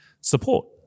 support